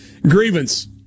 Grievance